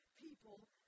people